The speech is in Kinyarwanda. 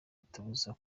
itubuza